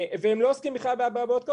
והם לא עוסקים בכלל באבעבועות קוף,